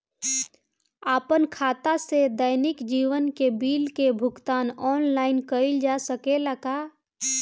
आपन खाता से दैनिक जीवन के बिल के भुगतान आनलाइन कइल जा सकेला का?